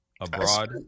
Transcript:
Abroad